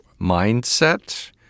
mindset